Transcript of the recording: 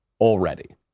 already